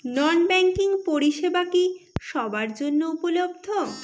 নন banking পরিষেবা কি সবার জন্য উপলব্ধ?